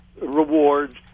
rewards